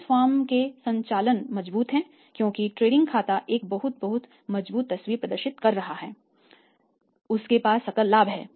इस फर्म के संचालन मजबूत हैं क्योंकि ट्रेडिंग खाता एक बहुत बहुत मजबूत तस्वीर प्रदर्शित कर रहा है क्योंकि उनके पास सकल लाभ है